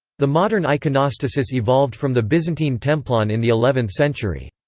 the modern iconostasis evolved from the byzantine templon in the eleventh century.